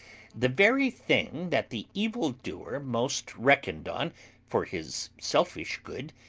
the very thing that the evil-doer most reckoned on for his selfish good,